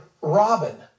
Robin